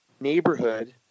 neighborhood